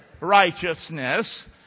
righteousness